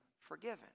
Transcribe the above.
forgiven